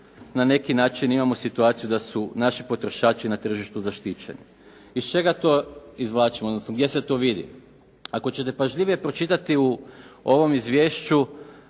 na neki način imamo situaciju da su naši potrošači na tržištu zaštićeni. Iz čega to izvlačim, odnosno gdje se to vidi? Ako ćete pažljivije pročitati u ovom izvješću